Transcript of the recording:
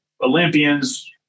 Olympians